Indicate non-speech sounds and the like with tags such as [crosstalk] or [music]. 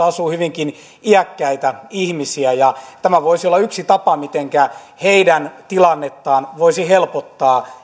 [unintelligible] asuu hyvinkin iäkkäitä ihmisiä ja tämä voisi olla yksi tapa mitenkä heidän tilannettaan voisi helpottaa